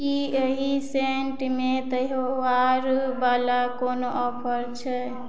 कि एहि सेंटमे त्योहारवला कोनो ऑफर छै